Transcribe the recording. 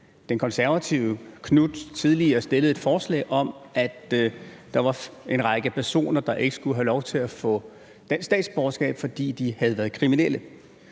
den konservative Marcus Knuth tidligere fremsat et forslag om, at der var en række personer, der ikke skulle have lov til at få dansk statsborgerskab, fordi de har været kriminelle.